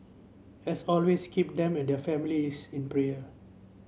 as always keep them and their families in prayer